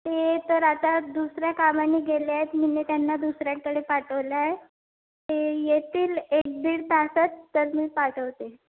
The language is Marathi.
ते तर आता दुसऱ्या कामानी गेले आहेत मी त्यांना दुसऱ्यांकडे पाठवलं आहे ते येतील एक दीड तासात तर मी पाठवते